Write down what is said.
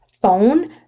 phone